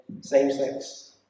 same-sex